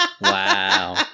Wow